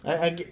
I I get